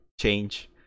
change